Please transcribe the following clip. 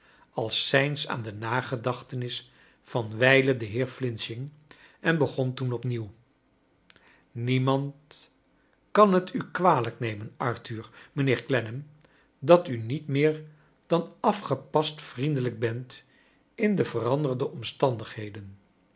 als cijns aan de nagedachtenis van wijlen den heer finching en begon toen opnieuw niemand kan t u kwalijk nemen arthur mijnheer clennam dat u niet meer dan af gepast vriendelijk bent in de veranderdc omstandigheden